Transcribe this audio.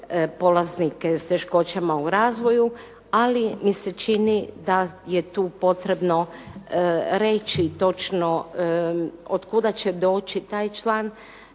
polaznike s teškoćama u razvoju, ali mi se čini da je tu potrebno reći točno od kuda će doći taj član,